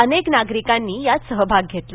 अनेक नागरिकांनी यात सहभाग घेतला